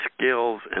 skills